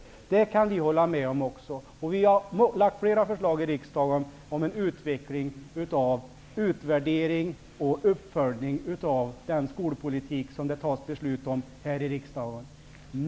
Även detta kan vi hålla med om. Vi har lagt fram flera förslag i riksdagen om utvärdering och uppföljning av den skolpolitik som det tas beslut om här i riksdagen.